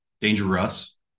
Dangerous